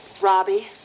Robbie